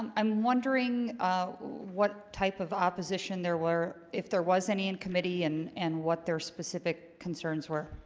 um i'm wondering what type of opposition there were if there was any in committee and and what their specific concerns were?